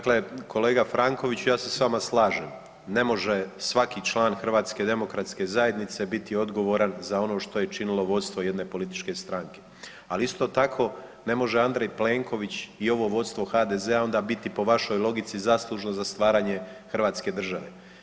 Kolega Franković, ja se sa vama slažem ne može svaki član Hrvatske demokratske zajednice biti odgovoran za ono što je činilo vodstvo jedne političke stranke, ali isto tako ne može Andrej Plenković i ovo vodstvo HDZ-a onda biti po vašoj logici zaslužno za stvaranje Hrvatske države.